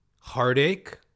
heartache